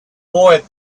boy